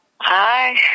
Hi